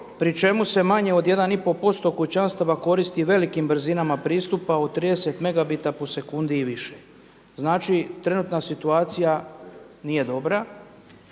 pri čemu se manje od 1 i pol posto kućanstava koristi velikim brzinama pristupa od 30 megabita po sekundi i više. Znači, trenutna situacija nije dobra.